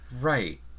Right